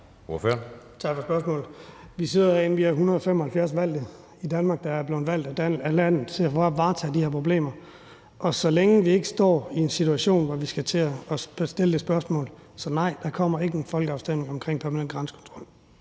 Tak for spørgsmålet. Vi sidder herinde 175 valgte i Danmark, der er blevet valgt til at varetage de her problemer, og så længe vi ikke står i en situation, hvor vi skal til at stille det spørgsmål, vil jeg sige, at nej, der kommer ikke en folkeafstemning omkring permanent grænsekontrol.